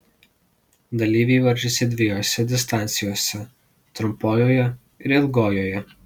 dalyviai varžėsi dviejose distancijose trumpojoje ir ilgojoje